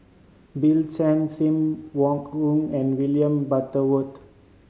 Bill Chen Sim Wong Hoo and William Butterworth